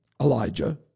Elijah